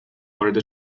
وارد